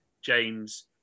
James